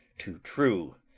too true,